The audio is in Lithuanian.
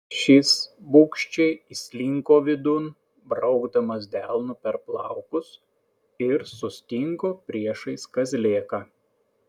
šis bugščiai įslinko vidun braukdamas delnu per plaukus ir sustingo priešais kazlėką